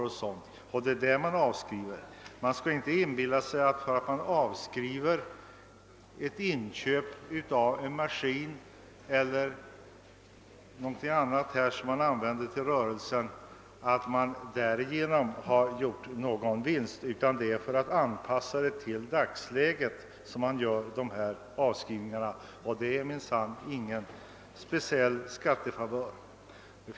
Man skall inte inbilla sig att en företagare därför att han avskriver kostnaden för inköp av en maskin eller någonting annat som han använder i rörelsen därigenom har gjort en vinst. Det är för att anpassa förslitningen till dagsläget som man gör dessa avskrivningar, och det innebär minsann inga speciella skattefavörer.